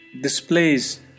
displays